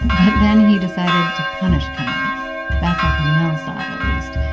but then he decided to punish kamel. that's how kamel saw it, at least.